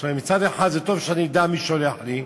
מצד אחד זה טוב שאני אדע מי שולח לי,